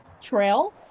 Trail